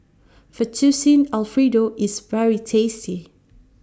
Fettuccine Alfredo IS very tasty